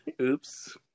Oops